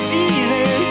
season